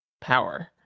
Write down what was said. power